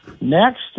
next